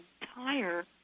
entire